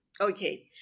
Okay